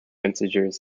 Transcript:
integers